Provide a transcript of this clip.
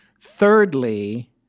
Thirdly